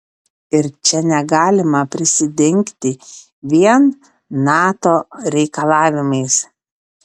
ir čia negalima prisidengti vien nato reikalavimais